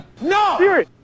No